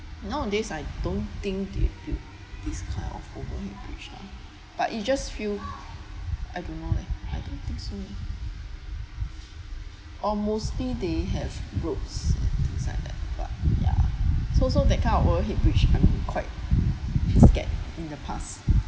nowadays I don't think they will this kind of overhead bridge ah but it just feel I don't know leh I don't think so almost mostly they have broke things like that but ya so so that kind of overhead bridge I am quite scared in the past